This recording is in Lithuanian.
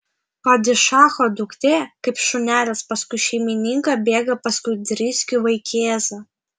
padišacho duktė kaip šunelis paskui šeimininką bėga paskui driskių vaikėzą